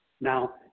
Now